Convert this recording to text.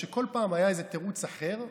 כשכל פעם היה איזה תירוץ אחר,